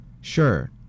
Sure